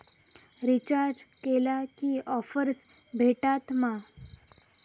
Recharge केला की offers भेटात मा?